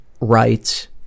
rights